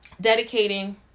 dedicating